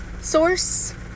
source